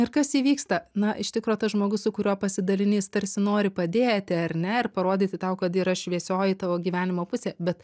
ir kas įvyksta na iš tikro tas žmogus su kuriuo pasidalini jis tarsi nori padėti ar ne ir parodyti tau kad yra šviesioji tavo gyvenimo pusė bet